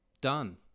done